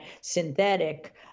synthetic